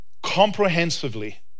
comprehensively